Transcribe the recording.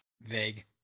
vague